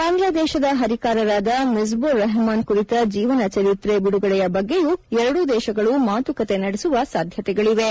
ಬಾಂಗ್ಲಾದೇಶದ ಹರಿಕಾರರಾದ ಮಿಜಿಬುರ್ ರೆಹಮಾನ್ ಕುರಿತ ಜೀವನ ಚರಿತ್ರೆ ಬಿಡುಗಡೆ ಬಗ್ಗೆಯೂ ಎರಡೂ ದೇಶಗಳು ಮಾತುಕತೆ ನಡೆಸುವ ಸಾಧ್ಯತೆಗಳಿವೆ